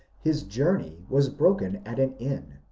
his journey was broken at an inn,